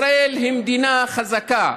ישראל היא מדינה חזקה.